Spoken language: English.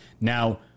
Now